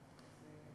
שקל,